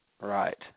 Right